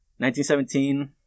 1917